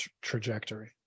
trajectory